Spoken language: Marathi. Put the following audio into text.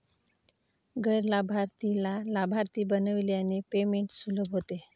गैर लाभार्थीला लाभार्थी बनविल्याने पेमेंट सुलभ होते